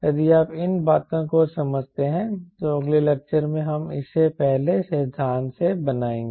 यदि आप इन बातों को समझते हैं तो अगले लेक्चर में हम इसे पहले सिद्धांत से बनाएंगे